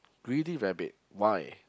Greedy Rabbit why